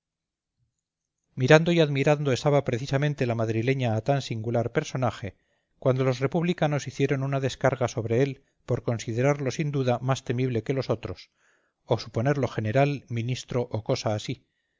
mirando y admirando estaba precisamente la madrileña a tan singular personaje cuando los republicanos hicieron una descarga sobre él por considerarlo sin duda más temible que todos los otros o suponerlo general ministro o cosa así